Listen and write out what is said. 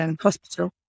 hospital